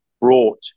brought